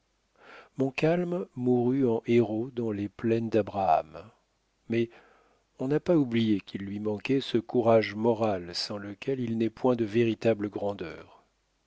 l'impression montcalm mourut en héros dans les plaines d'abraham mais on n'a pas oublié qu'il lui manquait ce courage moral sans lequel il n'est point de véritable grandeur